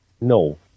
No